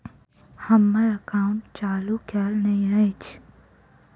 हम्मर एकाउंट चालू केल नहि अछि?